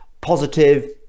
positive